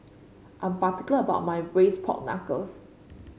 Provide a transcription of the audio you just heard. I'm particular about my Braised Pork Knuckle